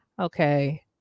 okay